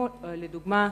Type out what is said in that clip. לדוגמה: